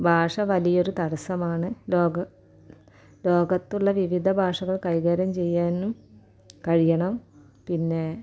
ഭാഷ വലിയൊരു തടസമാണ് ലോകത്തുള്ള വിവിധ ഭാഷകൾ കൈകാര്യം ചെയ്യാനും കഴിയണം പിന്നെ